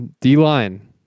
D-line